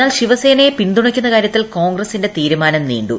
എന്നാൽ ശിവസേനയെ പിന്തുണയ്ക്കുന്ന കാര്യത്തിൽ കോൺഗ്രസിന്റെ തീരുമാനം നീണ്ടു